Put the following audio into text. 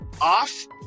off